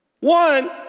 One